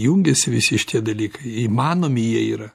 jungiasi visi šitie dalykai įmanomi jie yra